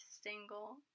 single